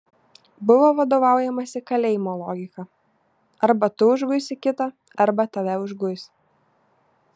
buvo vadovaujamasi kalėjimo logika arba tu užguisi kitą arba tave užguis